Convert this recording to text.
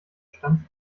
stanzt